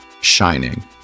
shining